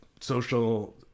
social